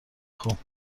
خوب